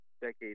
decades